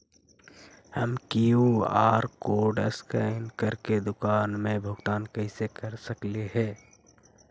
हम QR code scan करके दुकान में भुगतान कैसे कर सकली हे?